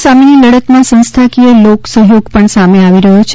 corona સામેની લડતમાં સંસ્થાકીય લોક સહયોગ પણ સામે આવી રહ્યો છે